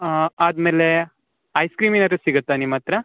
ಹಾಂ ಆದ್ಮೇಲೇ ice cream ಏನಾರು ಸಿಗುತ್ತಾ ನಿಮ್ಮ ಹತ್ರ